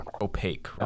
opaque